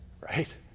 right